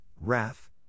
wrath